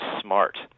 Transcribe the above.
smart